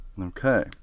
Okay